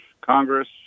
Congress